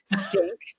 stink